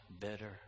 better